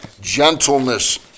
gentleness